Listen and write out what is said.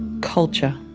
culture,